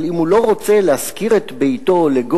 אבל אם הוא לא רוצה להשכיר את ביתו לגוי,